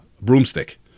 broomstick